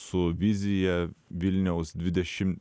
su vizija vilniaus dvidešim